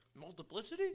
Multiplicity